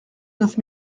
neuf